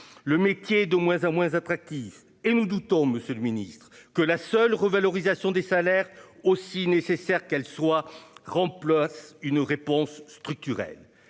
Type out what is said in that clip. Le métier de moins en moins attractif et nous doutons Monsieur le Ministre, que la seule revalorisation des salaires aussi nécessaire qu'elle soit remplace une réponse structurelle.